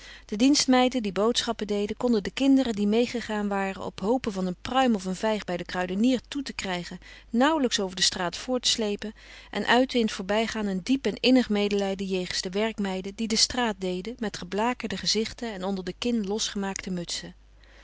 de dienstmeiden die boodschappen deden konden de kinderen die meegegaan waren op hope van een pruim of een vijg bij den kruidenier toe te krijgen nauwelijks over de straat voortsleepen en uitten in t voorbijgaan een diep en innig medelijden jegens de werkmeiden die de straat deden met geblakerde gezichten en onder de kin losgemaakte mutsen